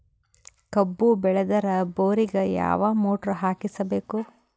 ಕಬ್ಬು ಬೇಳದರ್ ಬೋರಿಗ ಯಾವ ಮೋಟ್ರ ಹಾಕಿಸಬೇಕು?